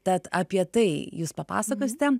tad apie tai jūs papasakosite